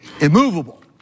immovable